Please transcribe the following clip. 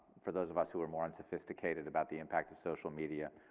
for those of us who are more unsophisticated about the impact of social media.